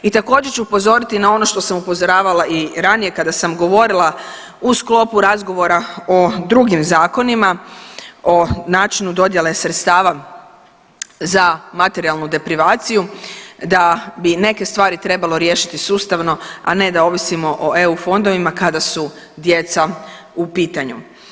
I također ću upozoriti na ono što sam upozoravala i ranije kada sam govorila u sklopu razgovora o drugim zakonima, o načinu dodjele sredstava za materijalnu deprivaciju da bi neke stvari trebalo riješiti sustavno, a ne da ovisimo o eu fondovima kada su djeca u pitanju.